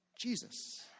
Jesus